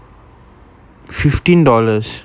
fifteen dollars